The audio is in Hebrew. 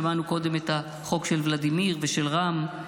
שמענו קודם את החוקים של ולדימיר ושל רם,